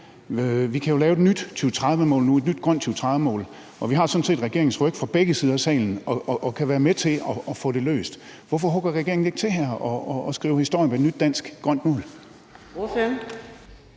Vi kan jo lave et nyt 2030-mål nu, et nyt grønt 2030-mål, og vi har sådan set regeringens ryg fra begge sider af salen og kan være med til at få det løst. Hvorfor slår regeringen ikke til her og skriver historie med et nyt dansk grønt mål?